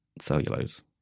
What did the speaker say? cellulose